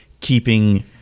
keeping